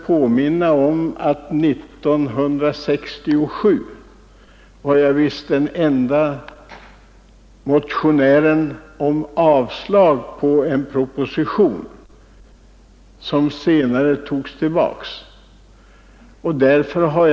1967 var jag som motionär ensam om att yrka avslag på en proposition om upphävande av hyresregleringen som regeringen senare tog tillbaka.